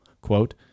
quote